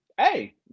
hey